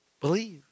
Believe